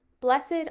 Blessed